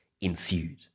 ensued